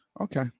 Okay